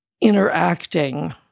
interacting